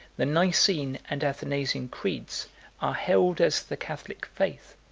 the nicene and athanasian creeds are held as the catholic faith,